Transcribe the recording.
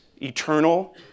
eternal